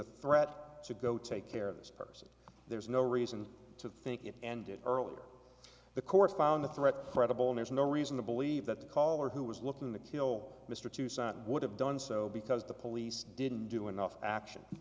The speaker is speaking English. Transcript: a threat to go take care of this person there's no reason to think it ended earlier the court found the threat credible and has no reason to believe that the caller who was looking to kill mr tucson would have done so because the police didn't do enough action